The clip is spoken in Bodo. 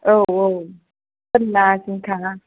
औ औ फोरला जिंखा